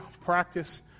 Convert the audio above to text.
practice